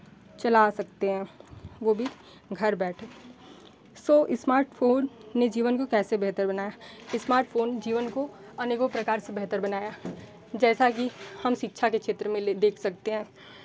चला सकते हैं वो भी घर बैठे सो स्मार्ट फ़ोन ने जीवन को कैसे बेहतर बनाया स्मार्ट फ़ोन जीवन को अनेकों प्रकार से बेहतर बनाया जैसा कि हम शिक्षा के क्षेत्र में देख सकते हैं